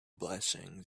blessing